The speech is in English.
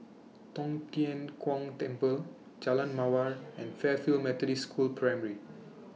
Tong Tien Kung Temple Jalan Mawar and Fairfield Methodist School Primary